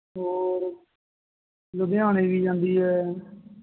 ਔਰ ਲੁਧਿਆਣੇ ਵੀ ਜਾਂਦੀ ਹੈ